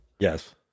Yes